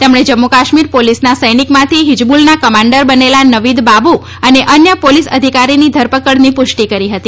તેમણે જમ્મુ કાશ્મીર પોલીસનાં સૈનિકમાંથી હિજબુલના કમાન્ડર બનેલા નવીદ બાબુ અને અન્ય પોલીસ અધિકારીની ધરપકડની પુષ્ટિ કરી હતી